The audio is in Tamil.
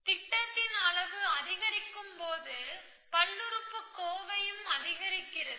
திட்டதின் அளவு அதிகரிக்கும்போது பல்லுறுப்புக்கோவையும் அதிகரிக்கிறது